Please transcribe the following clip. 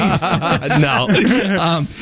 No